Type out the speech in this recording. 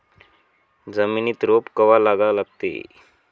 जमिनीत रोप कवा लागा लागते?